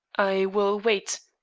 i will wait,